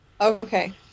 Okay